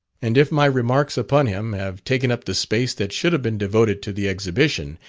and if my remarks upon him have taken up the space that should have been devoted to the exhibition,